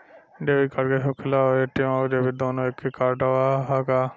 Debit card का होखेला और ए.टी.एम आउर डेबिट दुनों एके कार्डवा ह का?